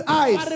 eyes